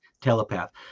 telepath